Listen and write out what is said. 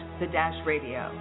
thedashradio